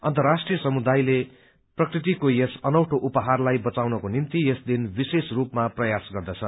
अन्तर्राष्ट्रीय समुदायले प्रकृतिको यस अनौठो उपहारलाई बघाउनको निम्ति यस दिन विशेष रूपमा प्रयास गर्दछ